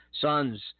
sons